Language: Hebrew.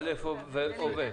זה לעניין